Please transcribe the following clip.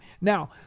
Now